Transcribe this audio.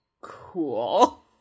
cool